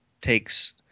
takes